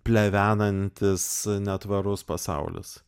plevenantis netvarus pasaulis